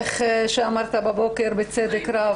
כפי שאמרת הבוקר בצדק רב,